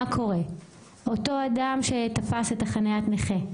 מה קורה עם אותו אדם שתפס את חניית הנכה?